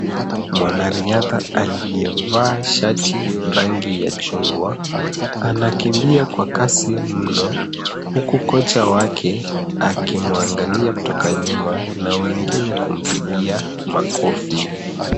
Mwana riadha aliye vaa shati rangi ya chungwa anakimbia kwa kasi mno huku Kocha wake akimwangalia kutoka nyuma na wengine kumpigia makofi.